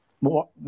more